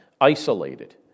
isolated